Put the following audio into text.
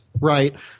right